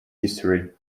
history